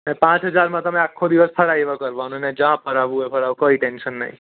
ને પાંચ હજારમાં તમે આખો દિવસ ફરાવ્યા કરવાનું ને જ્યાં ફરાવવું હોય ફરાવો કોઈ ટેન્સન નહીં